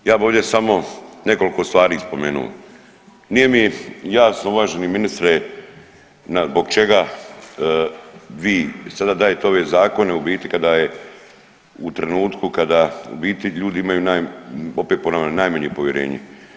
Ja bi ovdje samo nekoliko stvari spomenuo, nije mi jasno uvaženi ministre zbog čega vi sada dajete ove zakone u biti kada je u trenutku kada u biti ljudi imaju opet ponavljam najmanje povjerenje?